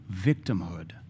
victimhood